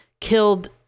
killed